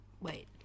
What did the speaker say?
wait